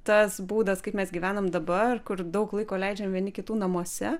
tas būdas kaip mes gyvenam dabar kur daug laiko leidžiam vieni kitų namuose